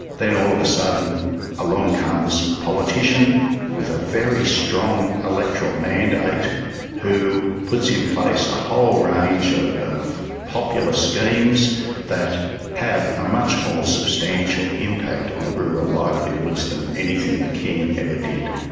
then all of a sudden along comes a politician with a very strong electoral mandate who puts in place a whole range of popular schemes that have a much more substantial impact on rural livelihoods than anything the king ever did.